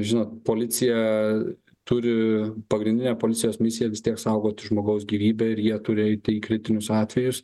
žinot policija turi pagrindinę policijos misija vis tiek saugoti žmogaus gyvybę ir jie turi eiti į kritinius atvejus